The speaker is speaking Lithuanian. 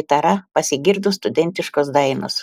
gitara pasigirdo studentiškos dainos